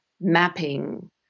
mapping